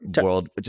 world